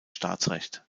staatsrecht